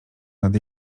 nad